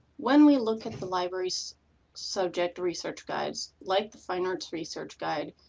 when we look at the library's subject research guides, like the fine arts research guide,